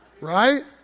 Right